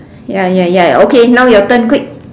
ya ya ya ya okay now your turn quick